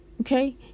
Okay